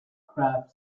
craft